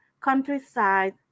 countryside